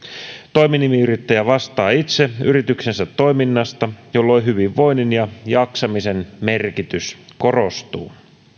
toiminimiyrittäjä vastaa itse yrityksensä toiminnasta jolloin hyvinvoinnin ja jaksamisen merkitys korostuu